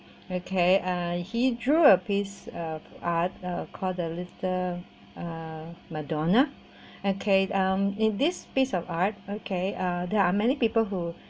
okay uh he drew a piece of art uh call the little uh madonna okay hmm in this piece of art okay uh there are many people who